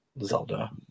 Zelda